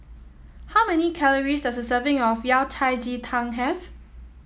how many calories does a serving of Yao Cai Ji Tang have